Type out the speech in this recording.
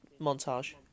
montage